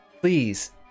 Please